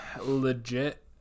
legit